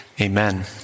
Amen